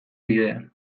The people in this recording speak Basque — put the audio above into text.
bidean